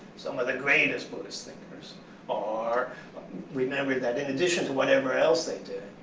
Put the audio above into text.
some of the greatest buddhist thinkers are remembered, that in addition to whatever else they did,